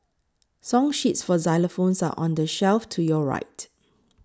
song sheets for xylophones are on the shelf to your right